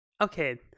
okay